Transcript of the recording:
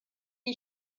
die